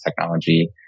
technology